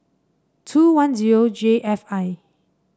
two one zero J F I